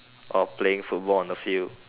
while playing football on the field